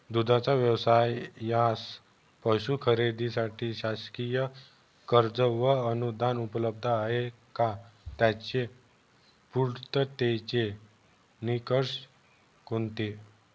दूधाचा व्यवसायास पशू खरेदीसाठी शासकीय कर्ज व अनुदान उपलब्ध आहे का? त्याचे पूर्ततेचे निकष कोणते?